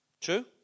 True